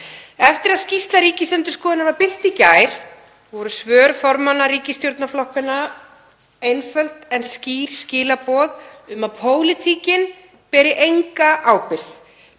Eftir að skýrsla Ríkisendurskoðunar var birt í gær voru svör formanna ríkisstjórnarflokkanna einföld en skýr skilaboð um að pólitíkin beri enga ábyrgð.